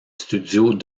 studios